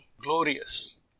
glorious